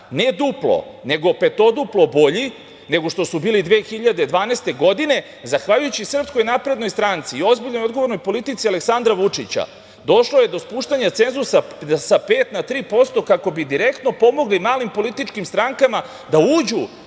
ne duplo, nego petoduplo bolji, nego što su bili 2012. godine, zahvaljujući SNS i ozbiljnoj i odgovornoj politici Aleksandra Vučića došlo je do spuštanja cenzusa sa pet na tri posto kako bi direktno pomogli malim političkim strankama da uđu